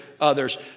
others